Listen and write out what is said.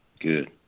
good